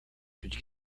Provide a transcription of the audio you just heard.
could